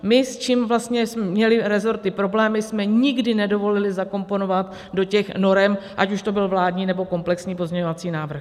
My, s čím měly resorty problémy, jsme nikdy nedovolili zakomponovat do těch norem, ať už to byl vládní, nebo komplexní pozměňovací návrh.